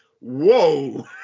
whoa